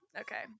okay